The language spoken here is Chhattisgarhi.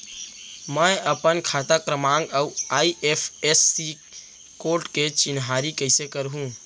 मैं अपन खाता क्रमाँक अऊ आई.एफ.एस.सी कोड के चिन्हारी कइसे करहूँ?